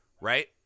Right